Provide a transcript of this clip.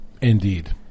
Indeed